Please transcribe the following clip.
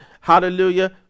hallelujah